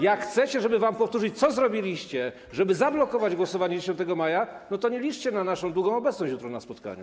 Jak chcecie, żeby wam powtórzyć, co zrobiliście, żeby zablokować głosowanie 10 maja, to nie liczcie na naszą długą obecność jutro na spotkaniu.